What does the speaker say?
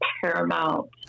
paramount